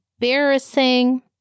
embarrassing